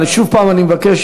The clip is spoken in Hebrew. אבל שוב פעם אני מבקש,